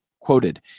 Quoted